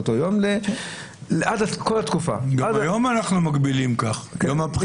גם היום אנחנו מגבילים כך, ביום הבחירות.